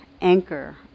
anchor